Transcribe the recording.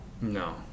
No